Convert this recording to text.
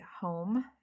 home